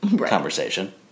conversation